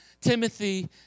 Timothy